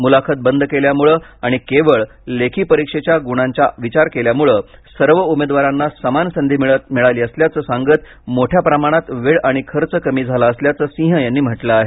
मुलाखत बंद केल्यामुळे आणि केवळ लेखी परीक्षेच्या गुणांचा विचार केल्यामुळे सर्व उमेदवारांना समान संधी मिळाली असल्याचं सांगत मोठ्या प्रमाणात वेळ आणि खर्च कमी झाला असल्याचं सिंह यांनी म्हटलं आहे